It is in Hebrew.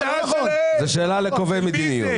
זו שאלה לקובעי המדיניות.